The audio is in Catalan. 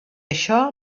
això